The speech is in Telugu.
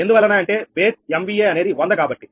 ఎందువలన అంటే బేస్ యం వి ఎ అనేది 100 కాబట్టి